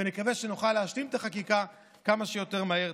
ונקווה שנוכל להשלים את החקיקה כמה שיותר מהר.